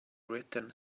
written